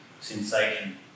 sensation